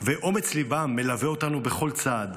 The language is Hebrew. ואומץ ליבם מלווה אותנו בכל צעד.